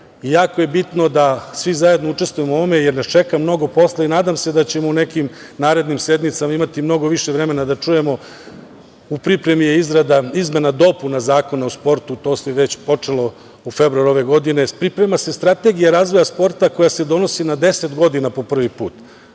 je bitno da svi zajedno učestvujemo u ovome jer nas čeka mnogo posla i nadam se da ćemo u nekim narednim sednicama imati mnogo više vremena da čujemo. U pripremi je izrada izmene i dopune Zakona o sportu, to je već počelo u februaru ove godine. Priprema se strategija razvoja sporta koja se donosi na deset godina prvi put.